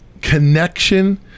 Connection